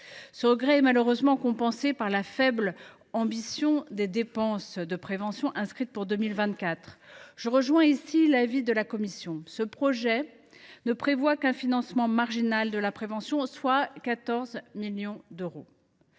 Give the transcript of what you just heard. Ce regret est malheureusement compensé par la faible ambition des dépenses de prévention inscrites pour 2024. Je rejoins ici l’avis de la commission : ce projet ne prévoit qu’un financement marginal dans ce domaine, à hauteur de 14 millions d’euros.